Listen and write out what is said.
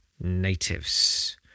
natives